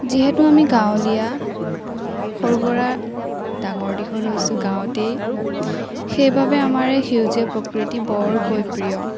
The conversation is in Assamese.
যিহেতু আমি গাঁৱলীয়া সৰুৰে পৰা ডাঙৰ দীঘল হৈছোঁ গাঁৱতেই সেইবাবে আমাৰ এই সেউজীয়া প্ৰকৃতি বৰকৈ প্ৰিয়